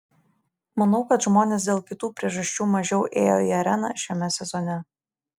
manau kad žmonės dėl kitų priežasčių mažiau ėjo į areną šiame sezone